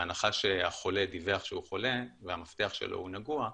בהנחה שהחולה דיווח שהוא חולה והמפתח שלו נגוע,